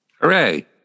Hooray